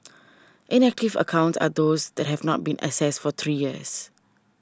inactive accounts are those that have not been accessed for three years